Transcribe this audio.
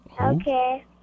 Okay